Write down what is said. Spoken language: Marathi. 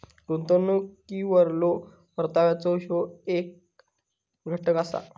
गुंतवणुकीवरलो परताव्याचो ह्यो येक घटक असा